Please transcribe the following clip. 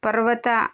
पर्वतं